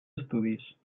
estudis